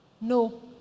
No